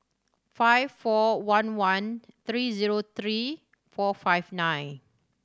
five four one one three zero three four five nine